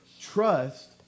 trust